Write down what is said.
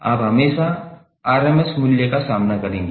आप हमेशा RMS मूल्य का सामना करेंगे